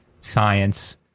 science